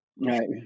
Right